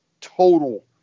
total